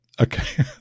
Okay